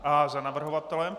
Aha, za navrhovatele.